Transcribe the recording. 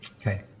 Okay